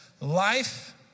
life